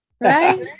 Right